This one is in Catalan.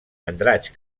andratx